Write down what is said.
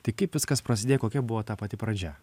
tai kaip viskas prasidėjo kokia buvo ta pati pradžia